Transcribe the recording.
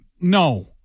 no